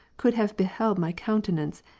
could have beheld my countenance,